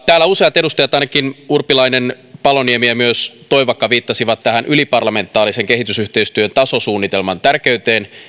täällä useat edustajat ainakin urpilainen paloniemi ja myös toivakka viittasivat yliparlamentaarisen kehitysyhteistyötasosuunnitelman tärkeyteen